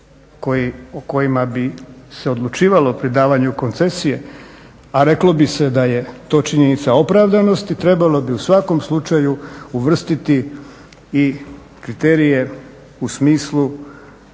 o kojima bi se odlučivalo pri davanju koncesije, a reklo bi se da je to činjenica opravdanosti trebalo bi u svakom slučaju uvrstiti i kriterije u smislu